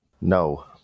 No